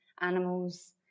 animals